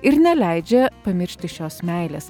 ir neleidžia pamiršti šios meilės